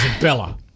Bella